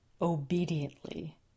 Obediently